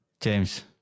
James